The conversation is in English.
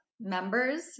members